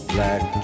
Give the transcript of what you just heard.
Black